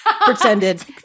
pretended